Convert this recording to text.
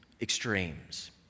extremes